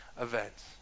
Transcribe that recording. events